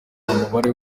mubare